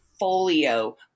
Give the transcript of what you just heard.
folio